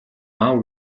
аав